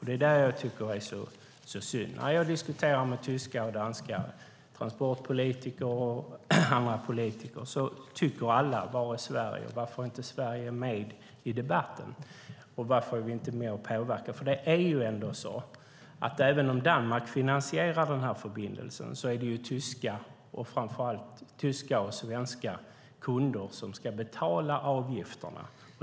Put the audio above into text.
Det är det jag tycker är så synd. När jag diskuterar med tyskar och danskar, transportpolitiker och andra politiker, undrar alla var Sverige är. Varför är inte Sverige med i debatten, och varför är vi inte med och påverkar? Det är ju ändå så att även om Danmark finansierar förbindelsen så är det framför allt tyska och svenska kunder som ska betala avgifterna.